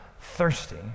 thirsty